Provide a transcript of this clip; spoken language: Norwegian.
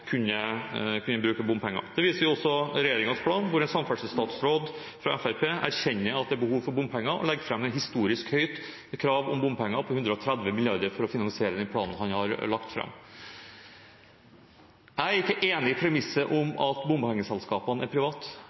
kunne bruke bompenger. Det viser også regjeringens plan, hvor en samferdselsstatsråd fra Fremskrittspartiet erkjenner at det er behov for bompenger, og legger fram et historisk høyt krav om bompenger på 130 mrd. kr for å finansiere den planen han har lagt fram. Jeg er ikke enig i premisset om at bompengeselskapene er